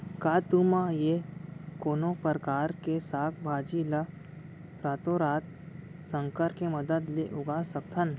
का तुमा या कोनो परकार के साग भाजी ला रातोरात संकर के मदद ले उगा सकथन?